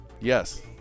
Yes